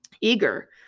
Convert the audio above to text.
eager